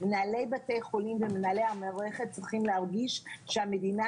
מנהלי בתי חולים ומנהלי המערכת צריכים להרגיש שהמדינה,